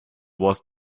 was